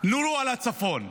נורו על הצפון,